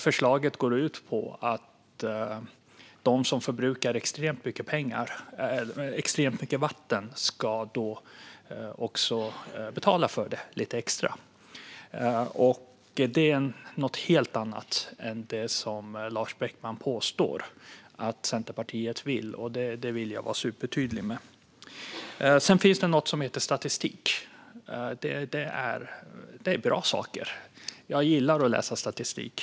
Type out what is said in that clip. Förslaget går ut på att de som förbrukar extremt mycket vatten ska betala lite extra för det. Det är något helt annat än det som Lars Beckman påstår att Centerpartiet vill. Det vill jag vara supertydlig med. Sedan finns det något som heter statistik. Det är bra saker. Jag gillar att läsa statistik.